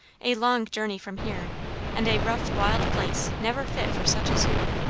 a long journey from here and a rough, wild place never fit for such as you.